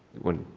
when,